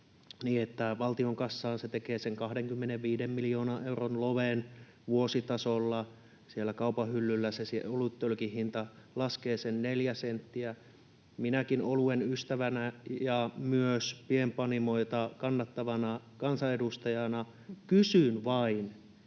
valtion kassaan se tekee sen 25 miljoonan euron loven vuositasolla. Siellä kaupan hyllyllä se oluttölkin hinta laskee sen neljä senttiä. Minäkin oluen ystävänä ja myös pienpanimoita kannattavana kansanedustajana kysyn vain,